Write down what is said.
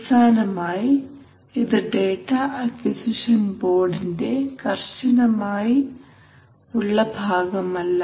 അവസാനമായി ഇത് data acquisition ബോർഡിന്റെ കർശനമായ ഉള്ള ഭാഗമല്ല